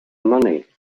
money